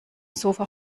sofa